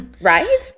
right